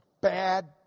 Bad